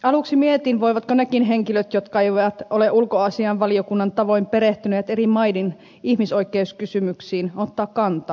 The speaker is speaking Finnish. aluksi mietin voivatko nekin henkilöt jotka eivät ole ulkoasiainvaliokunnan tavoin perehtyneet eri maiden ihmisoikeuskysymyksiin ottaa kantaa